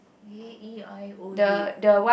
A E I O U